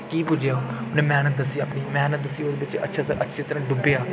कीऽ पुज्जेआ अपनी मैह्नत दस्सियै अपनी मैह्नत दस्सियै ओह् उद्धर अच्छी अच्छी तरहा डुब्बेआ